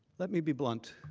let me be blunt.